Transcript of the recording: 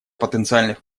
потенциальных